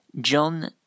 John